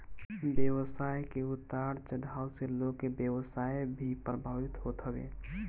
बाजार के उतार चढ़ाव से लोग के व्यवसाय भी प्रभावित होत हवे